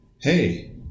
hey